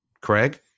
craig